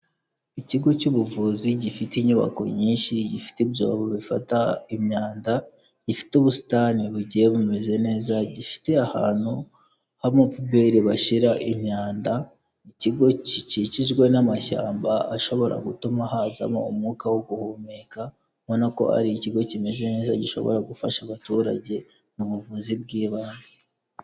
Ikigo cy'ubuvuzi gifite inyubako nyinshi, gifite ibyobo bifata imyanda, gifite ubusitani bugiye bumeze neza, gifite ahantu h'amapuberi bashira imyanda, ikigo gikikijwe n'amashyamba ashobora gutuma hazamo umwuka wo guhumeka, ubona ko ari ikigo kimeze neza gishobora gufasha abaturage mu buvuzi bw'ibanze.